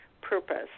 purpose